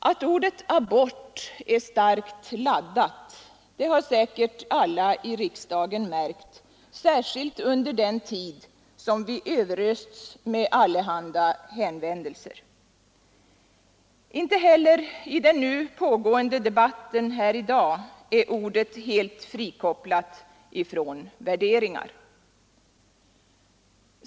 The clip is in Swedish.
Att ordet abort är starkt laddat har säkert alla i riksdagen märkt särskilt tydligt under den tid som vi överösts med allehanda hänvändelser. Inte heller i den nu pågående debatten i dag är ordet helt frikopplat från värderingar.